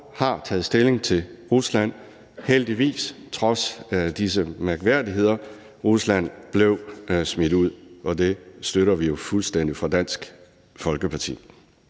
har taget stilling til Rusland, heldigvis, trods disse mærkværdigheder. Rusland blev smidt ud, og det støtter vi jo fuldstændig fra Dansk Folkepartis